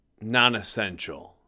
non-essential